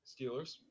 Steelers